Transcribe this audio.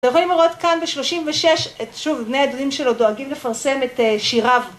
אתם יכולים לראות כאן ב-36, שוב בני הדודים שלו דואגים לפרסם את שיריו.